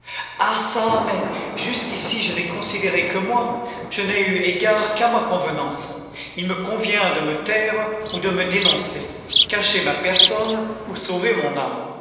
jusqu'ici je n'ai considéré que moi je n'ai eu égard qu'à ma convenance il me convient de me taire ou de me dénoncer cacher ma personne ou sauver mon âme